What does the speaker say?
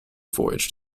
voyage